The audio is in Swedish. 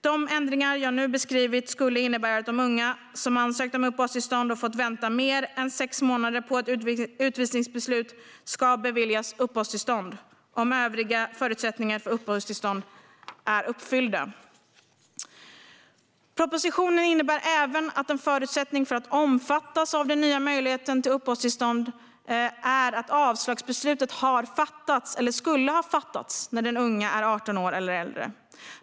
De ändringar jag nu beskrivit skulle innebära att de unga som ansökt om uppehållstillstånd och fått vänta mer än sex månader på ett utvisningsbeslut ska beviljas uppehållstillstånd om övriga förutsättningar för uppehållstillstånd är uppfyllda. Propositionen innebär även att en förutsättning för att omfattas av den nya möjligheten till uppehållstillstånd är att avslagsbeslutet har fattats eller skulle ha fattats när den unga var 18 år eller äldre.